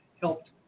helped